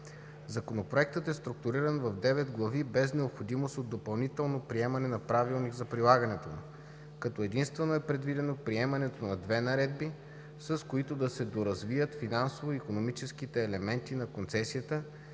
Законопроектът е структуриран в девет глави без необходимост от допълнително приемане на Правилник за прилагането му, като единствено е предвидено приемането на две наредби, с които да се доразвият финансово-икономическите елементи на концесията